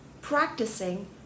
practicing